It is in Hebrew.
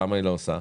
למה היא לא עושה?